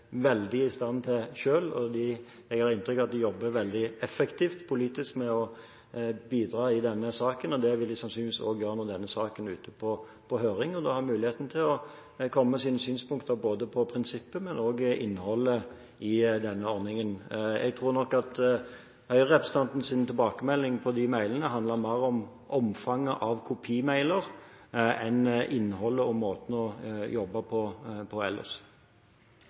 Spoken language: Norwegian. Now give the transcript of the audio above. veldig i stand til selv. Jeg har inntrykk av at de jobber veldig effektivt politisk med å bidra i denne saken, og det vil de sannsynligvis også gjøre når saken er ute på høring, og en da har muligheten til å komme med sine synspunkter både på prinsippet og på innholdet i denne ordningen. Jeg tror nok at Høyre-representantenes tilbakemelding på de mailene handlet mer om omfanget av kopimailer enn innholdet og måten å jobbe på